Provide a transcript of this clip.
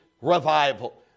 revival